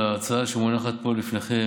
ההצעה שמונחת פה לפניכם,